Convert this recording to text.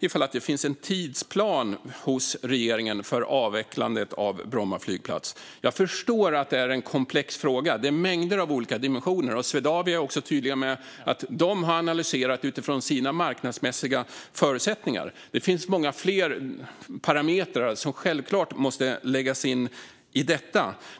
ifall det finns en tidsplan hos regeringen för avvecklandet av Bromma flygplats. Jag förstår att det är en komplex fråga. Det är mängder av olika dimensioner. Swedavia är också tydliga med att de har analyserat utifrån sina marknadsmässiga förutsättningar. Det finns många fler parametrar som självklart måste läggas in i detta.